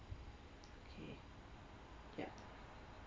okay ya